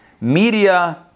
Media